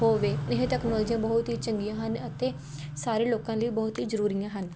ਹੋਵੇ ਇਹ ਤੈਕਨੋਲਜੀਆਂ ਬਹੁਤ ਹੀ ਚੰਗੀਆਂ ਹਨ ਅਤੇ ਸਾਰੇ ਲੋਕਾਂ ਲਈ ਬਹੁਤ ਹੀ ਜ਼ਰੂਰੀ ਹਨ